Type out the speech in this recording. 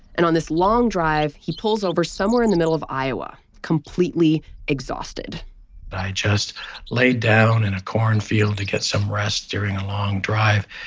and on this long drive he pulls over somewhere in the middle of iowa, completely exhausted but i just laid down in a corn field to get some rest during a long drive,